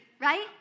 right